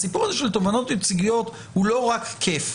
הסיפור הזה של תובענות ייצוגיות הוא לא רק כיף.